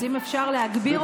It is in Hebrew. אז אם אפשר להגביר אותי קצת.